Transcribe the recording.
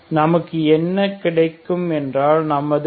ஆகவே நமக்கு என்ன கிடைக்கிறது என்றால் நமது